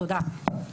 תודה.